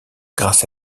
grâce